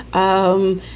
um,